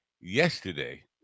yesterday